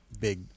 big